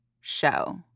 show